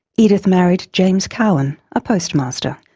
edith married james cowan, a postmaster,